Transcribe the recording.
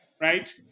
right